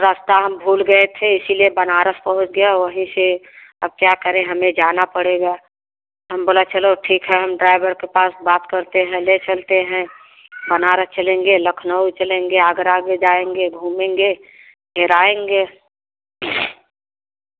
रस्ता हम भूल गए थे इसीलिए बनारस पहुँच गए वहीं से अब क्या करें हमें जाना पड़ेगा हम बोला चलो ठीक है हम ड्राइवर के पास बात करते हैं ले चलते हैं बनारस चलेंगे लखनऊ चलेंगे आगरा भी जाएँगे घूमेंगे फिर आएँगे